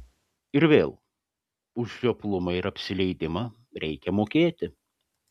ir vėl už žioplumą ir apsileidimą reikia mokėti